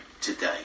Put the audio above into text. today